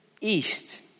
east